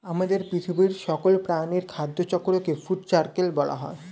আমাদের পৃথিবীর সকল প্রাণীর খাদ্য চক্রকে ফুড সার্কেল বলা হয়